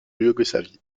yougoslavie